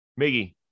Miggy